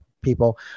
people